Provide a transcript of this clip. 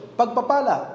pagpapala